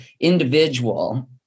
individual